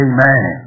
Amen